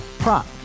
Prop